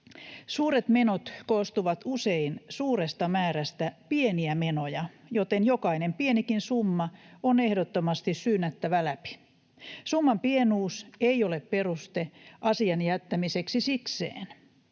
Suuret menot koostuvat usein suuresta määrästä pieniä menoja, joten jokainen pienikin summa on ehdottomasti syynättävä läpi. Summan pienuus ei ole peruste asian jättämiseksi sikseen.